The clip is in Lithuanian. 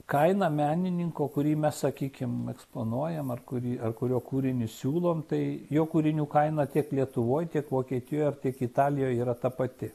kaina menininko kurį mes sakykim eksponuojam ar kurį ar kurio kūrinius siūlom tai jo kūrinių kaina tiek lietuvoj tiek vokietijoj ar tiek italijoj yra ta pati